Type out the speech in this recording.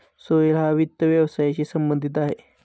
सोहेल हा वित्त व्यवसायाशी संबंधित आहे